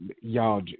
Y'all